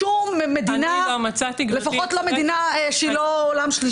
בשום מדינה, לפחות לא מדינה שהיא לא עולם שלישי.